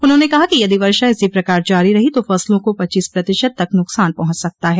उन्होंने कहा कि यदि वर्षा इसी प्रकार जारी रही तो फसलों को पच्चीस प्रतिशत तक नुकसान पहुंच सकता है